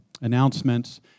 announcements